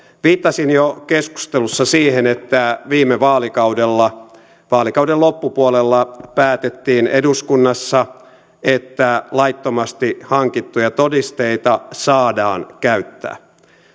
viittasin jo keskustelussa siihen että viime vaalikaudella vaalikauden loppupuolella päätettiin eduskunnassa että laittomasti hankittuja todisteita saadaan käyttää